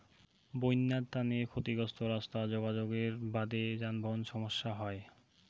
বইন্যার তানে ক্ষতিগ্রস্ত রাস্তা যোগাযোগের বাদে যানবাহন সমস্যা হই